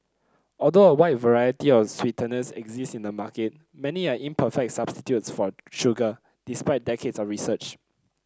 although a wide variety of sweeteners exist in the market many are imperfect substitutes for sugar despite decades of research